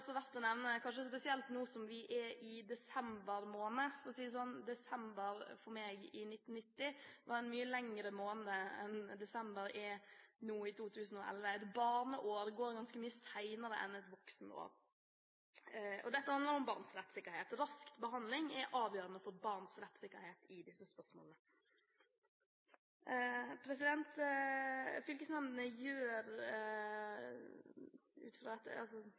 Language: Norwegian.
nå som vi er i desember måned. For å si det sånn: Desember var for meg i 1990 en mye lengre måned enn desember er nå i 2011 – et barneår går ganske mye saktere enn et voksenår. Og dette handler om barns rettssikkerhet: Rask behandling er avgjørende for barns rettssikkerhet i disse spørsmålene. Fylkesnemndene gjør